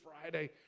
Friday